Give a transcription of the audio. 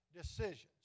decisions